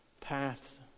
path